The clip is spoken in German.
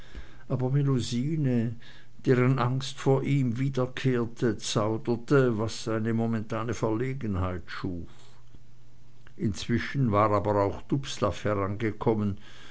aber melusine deren angst vor ihm wiederkehrte zauderte was eine momentane verlegenheit schuf inzwischen war aber auch dubslav herangekommen